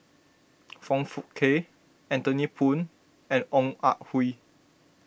Foong Fook Kay Anthony Poon and Ong Ah Hoi